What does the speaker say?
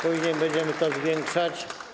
Później będziemy to zwiększać.